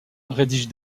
rédige